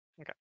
Okay